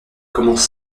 commence